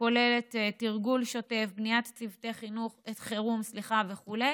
שכוללת תרגול שוטף, בניית צוותי חירום וכו'.